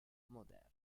moderno